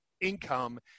income